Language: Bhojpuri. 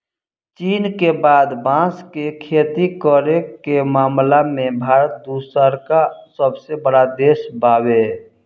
चीन के बाद बांस के खेती करे के मामला में भारत दूसरका सबसे बड़ देश बावे